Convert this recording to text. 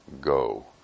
go